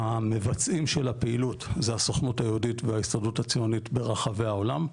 המבצעים של הפעילות זה הסוכנות היהודית וההסתדרות הציונית ברחבי העולם,